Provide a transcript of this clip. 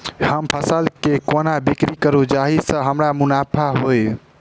हम फसल केँ कोना बिक्री करू जाहि सँ हमरा मुनाफा होइ?